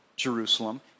Jerusalem